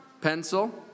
pencil